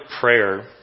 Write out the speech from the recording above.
prayer